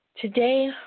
today